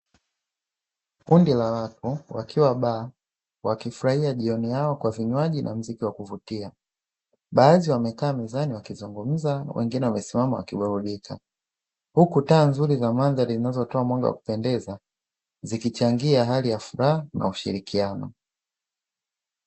Kundi la watu wakiwa baa, wakifurahia jioni yao kwa vinywaji na mziki wa kuvutia. Baadhi wamekaa mezani wakizungumza, wengine wamesimama wakiburudika. Huku taa nzuri mandharia zikitoa mwanga wa kupendeza, zikichangia hali ya furaha na ushirikiano.